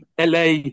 LA